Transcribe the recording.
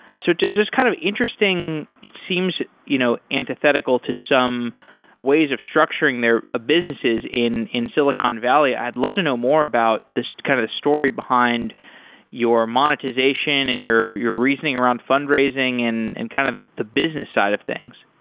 so just kind of interesting, it seems you know antithetical to some ways of structuring their ah businesses in in silicon valley, i'd love to know more about kind of the story behind your monetization and your your reasoning around fundraising and and kind of the the business side of things.